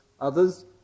Others